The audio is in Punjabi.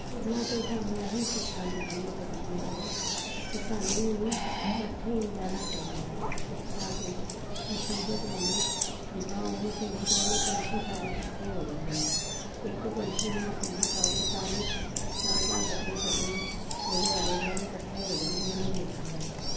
ਉਹਨਾਂ ਤੋਂ ਸਾਨੂੰ ਇਹ ਹੀ ਸ਼ਿਕਸ਼ਾ ਮਿਲਦੀ ਹੈ ਪੰਛੀਆਂ ਤੋਂ ਕਿ ਸਾਨੂੰ ਵੀ ਇਕੱਠੇ ਹੀ ਰਹਿਣਾ ਚਾਹੀਦਾ ਹੈ ਤਾਂ ਕਿ ਮੁਸੀਬਤ ਵੇਲੇ ਜਿੱਦਾਂ ਉਹ ਮੁਸੀਬਤ ਵੇਲੇ ਪੰਛੀ ਸਾਰੇ ਇਕੱਠੇ ਹੋ ਜਾਂਦੇ ਨੇ ਇੱਕ ਪੰਛੀ ਨੂੰ ਮੁਸੀਬਤ ਆਵੇ ਸਾਰੇ ਚਾਂ ਚਾਂ ਕਰਦੇ ਕਰਦੇ ਉਹਦੇ ਆਲੇ ਦੁਆਲੇ ਇਕੱਠੇ ਹੋ ਜਾਣਗੇ ਉਹਨੂੰ ਵੇਖਣ ਵਾਸਤੇ